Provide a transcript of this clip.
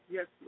Yes